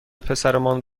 پسرمان